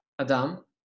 Adam